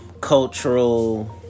cultural